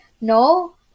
No